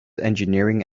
engineering